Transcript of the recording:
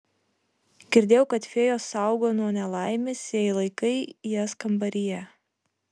girdėjau kad fėjos saugo nuo nelaimės jei laikai jas kambaryje